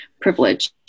privilege